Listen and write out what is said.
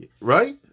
Right